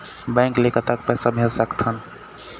Bank ले कतक पैसा भेज सकथन?